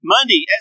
Monday